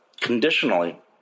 conditionally